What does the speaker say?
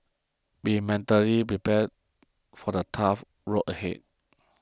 be mentally prepared for the tough road ahead